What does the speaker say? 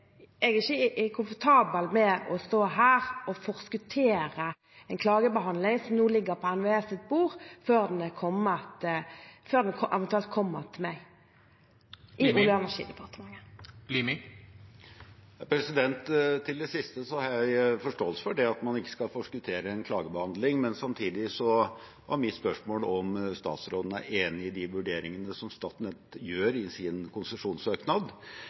forskuttere en klagebehandling som nå ligger på NVEs bord, før den eventuelt kommer til meg i Olje- og energidepartementet. Til det siste har jeg forståelse for at man ikke skal forskuttere en klagebehandling, men samtidig er mitt spørsmål om statsråden er enig i de vurderingene som Statnett gjør i sin konsesjonssøknad,